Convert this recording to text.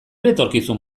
etorkizun